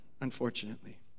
unfortunately